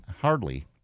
hardly